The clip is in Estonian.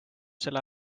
selle